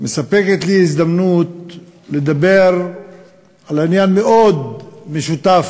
מספקות לי הזדמנות לדבר על עניין משותף